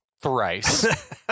thrice